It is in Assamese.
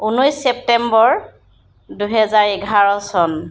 ঊনৈছ ছেপ্টেম্বৰ দুহেজাৰ এঘাৰ চন